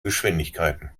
geschwindigkeiten